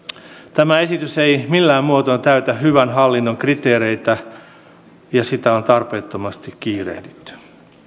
tämä esitys ei millään muotoa täytä hyvän hallinnon kriteereitä ja sitä on tarpeettomasti kiirehditty